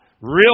real